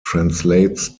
translates